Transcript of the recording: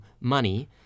money